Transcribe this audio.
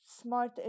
Smart